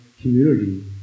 community